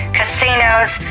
casinos